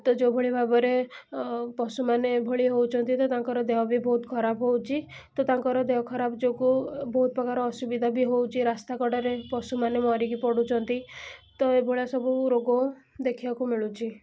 ତ ଯେଉଁଭଳି ଭାବରେ ପଶୁମାନେ ଏଭଳି ହେଉଛନ୍ତି ତାଙ୍କର ଦେହ ବି ବହୁତ ଖରାପ ହେଉଛି ତ ତାଙ୍କର ଦେହ ଖରାପ ଯୋଗୁଁ ବହୁତପ୍ରକାର ଅସୁବିଧା ବି ହେଉଛି ରାସ୍ତା କଡ଼ରେ ପଶୁମାନେ ମରିକି ପଡ଼ୁଛନ୍ତି ତ ଏଇଭଳିଆ ସବୁ ରୋଗ ଦେଖିବାକୁ ମିଳୁଛି